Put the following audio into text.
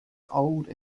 old